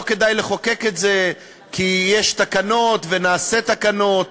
לא כדאי לחוקק את זה כי יש תקנות ונעשה תקנות,